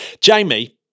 Jamie